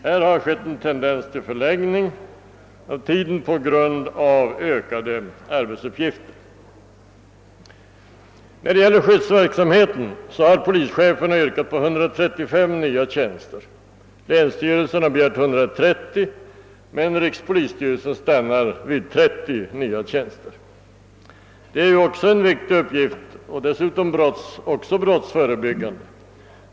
Härvidlag har tendensen gått mot en förlängning av tiden på grund av ökade arbetsuppgifter. Beträffande skyddsverksamheten har polischeferna yrkat på 135 nya tjänster. Länsstyrelserna har begärt 130, men rikspolisstyrelsen stannar vid 30 nya tjänster. Skyddsverksamheten är också en viktig uppgift och dessutom brottsförebyggande.